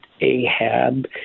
Ahab